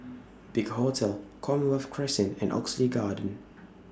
Big Hotel Commonwealth Crescent and Oxley Garden